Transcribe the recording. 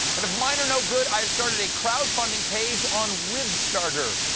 and if mine are no good, i've started a crowdfunding page on ribstarter.